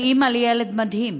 אני אימא לילד מדהים